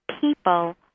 people